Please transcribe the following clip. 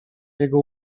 jego